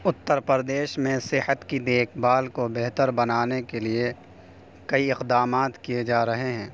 اتّر پردیش میں صحت کی دیکھ بھال کو بہتر بنانے کے لیے کئی اقدامات کیے جا رہے ہیں